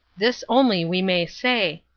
this only we may say,